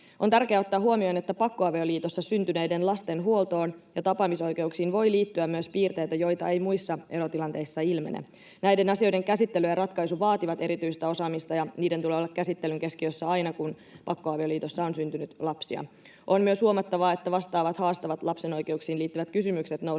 On tärkeää ottaa huomioon, että pakkoavioliitossa syntyneiden lasten huoltoon ja tapaamisoikeuksiin voi liittyä myös piirteitä, joita ei muissa erotilanteissa ilmene. Näiden asioiden käsittely ja ratkaisu vaativat erityistä osaamista, ja niiden tulee olla käsittelyn keskiössä aina, kun pakkoavioliitossa on syntynyt lapsia. On myös huomattava, että vastaavat haastavat lapsen oikeuksiin liittyvät kysymykset nousevat